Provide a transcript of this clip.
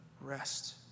rest